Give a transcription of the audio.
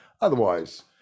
Otherwise